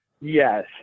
Yes